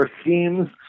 schemes